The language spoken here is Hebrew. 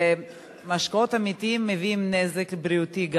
משקאות אמיתיים מביאים גם כן נזק בריאותי,